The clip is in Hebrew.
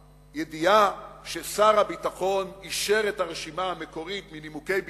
אם הידיעה ששר הביטחון אישר את הרשימה המקורית מנימוקי ביטחון,